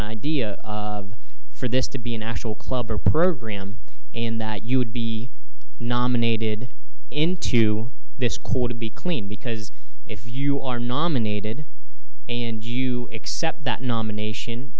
idea of for this to be a national club or program and that you would be nominated into this court to be clean because if you are nominated and you accept that nomination